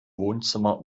wohnzimmer